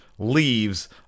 Leaves